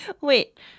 Wait